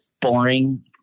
boring